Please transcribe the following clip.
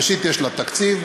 ראשית, יש לה תקציב.